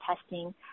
testing